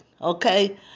okay